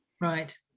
Right